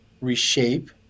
reshape